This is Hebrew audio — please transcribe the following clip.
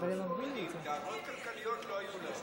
ממשלה שלא היו אמידים, דאגות כלכליות לא היו להם.